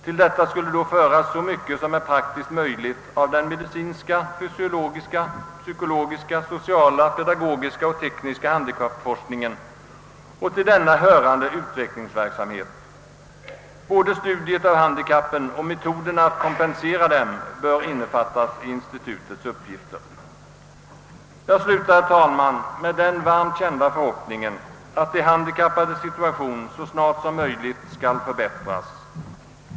Till detta skulle då föras så mycket som är praktiskt möjligt av den medicinska, fysiologiska, psykologiska, sociala, pedagogiska och tekniska handikappforskningen och den till denna hörande utvecklingsverksamheten. Både studiet av handikappen och metoderna att kompensera dem bör innefattas i institutets uppgifter. Jag slutar, herr talman, med den varmt kända förhoppningen att de handikappades situation så snart som möjligt skall förbättras.